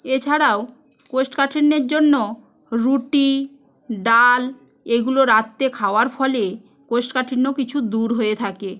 এছাড়াও কোষ্ঠকাঠিন্যের জন্য রুটি ডাল এগুলো রাত্রে খাওয়ার ফলে কোষ্ঠকাঠিন্য কিছু দূর হয়ে থাকে